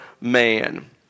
man